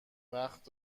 وقت